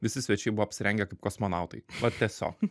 visi svečiai buvo apsirengę kaip kosmonautai va tiesiog